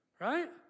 right